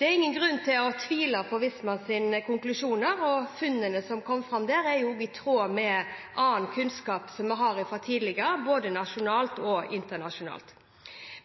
Det er ingen grunn til å tvile på Vistas konklusjoner, og funnene som kom fram der, er i tråd med annen kunnskap som vi har fra tidligere, både nasjonalt og internasjonalt.